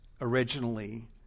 originally